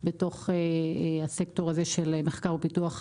בתוך הסקטור הזה של מחקר ופיתוח בהייטק.